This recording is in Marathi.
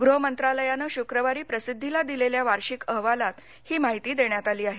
गृह मंत्रालयानं शुक्रवारी प्रसिद्वीला दिलेल्या वार्षिक अहवालात ही माहिती देण्यात आली आहे